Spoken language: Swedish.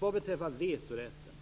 Vad beträffar vetorätten,